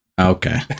Okay